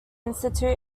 institute